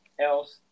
else